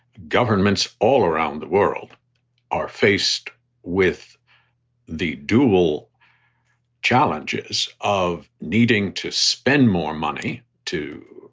governments all around the world are faced with the dual challenges of needing to spend more money to.